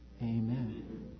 amen